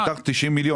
נוספו 60 מיליון.